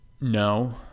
No